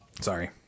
Sorry